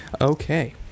okay